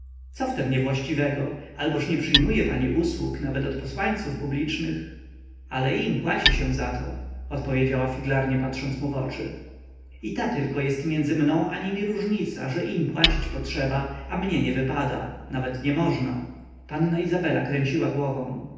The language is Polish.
co w tem niewłaściwego alboż nie przyjmuje pani usług nawet od posłańców publicznych ale im płaci się za to odpowiedziała figlarnie patrząc mu w oczy i ta tylko jest między mną i nimi różnica że im płacić potrzeba a mnie nie wypada nawet nie można panna izabela kręciła głową